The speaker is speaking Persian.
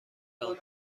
تان